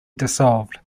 dissolved